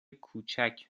کوچک